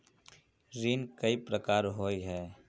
ऋण कई प्रकार होए है?